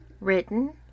written